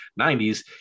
90s